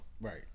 Right